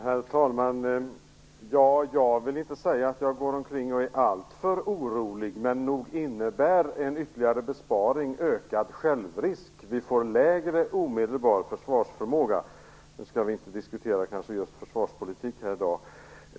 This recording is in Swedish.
Herr talman! Jag vill inte säga att jag går omkring och är alltför orolig. Men nog innebär en ytterligare besparing en ökad självrisk. Vi får en lägre omedelbar försvarsförmåga, men i dag skall vi kanske inte diskutera just försvarspolitik.